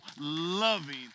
loving